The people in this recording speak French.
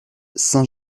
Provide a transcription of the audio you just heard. saint